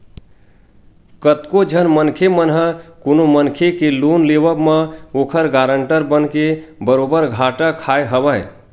कतको झन मनखे मन ह कोनो मनखे के लोन लेवब म ओखर गारंटर बनके बरोबर घाटा खाय हवय